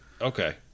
okay